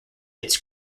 its